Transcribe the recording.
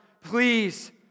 please